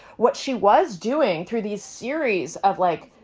what she was doing through these series of like